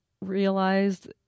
realized